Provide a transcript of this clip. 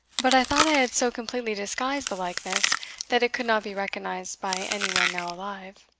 but i thought i had so completely disguised the likeness, that it could not be recognised by any one now alive.